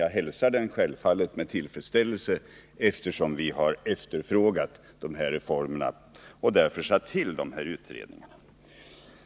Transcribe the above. Jag hälsar den självfallet med tillfredsställelse, eftersom vi har efterfrågat de här reformerna och därför har satt till utredningarna.